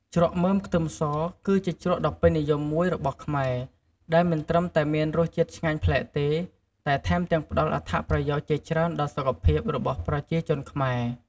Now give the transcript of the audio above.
ជ្រក់មើមខ្ទឹមស គឺជាជ្រក់ដ៏ពេញនិយមមួយរបស់ខ្មែរ ដែលមិនត្រឹមតែមានរសជាតិឆ្ងាញ់ប្លែកទេ តែថែមទាំងផ្តល់អត្ថប្រយោជន៍ជាច្រើនដល់សុខភាពរបស់ប្រជាជនខ្មែរ។